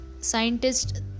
scientists